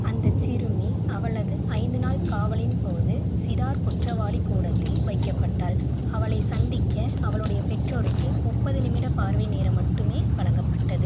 அந்த சிறுமி அவளது ஐந்து நாள் காவலின் போது சிறார் குற்றவாளிக் கூடத்தில் வைக்கப்பட்டாள் அவளை சந்திக்க அவளுடைய பெற்றோருக்கு முப்பது நிமிட பார்வை நேரம் மட்டுமே வலங்கப்பட்டது